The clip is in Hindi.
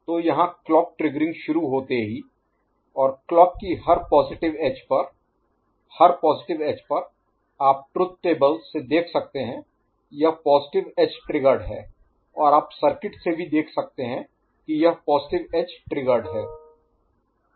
तो यहाँ क्लॉक ट्रिग्गरिंग शुरू होते ही और क्लॉक की हर पॉजिटिव एज पर हर पॉजिटिव एज पर आप ट्रुथ टेबल से देख सकते हैं यह पॉजिटिव एज ट्रिगर्ड है और आप सर्किट से भी देख सकते हैं कि यह पॉजिटिव एज ट्रिगर्ड है